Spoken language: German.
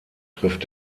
trifft